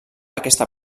aquesta